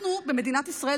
אנחנו במדינת ישראל.